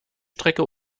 strecke